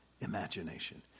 imagination